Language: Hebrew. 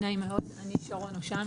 כמו שישראל